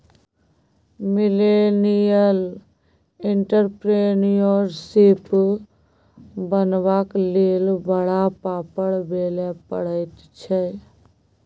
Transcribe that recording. millennial entrepreneurship बनबाक लेल बड़ पापड़ बेलय पड़ैत छै